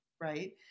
right